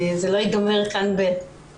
זה לא ייגמר כאן בדבריי.